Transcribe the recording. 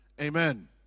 Amen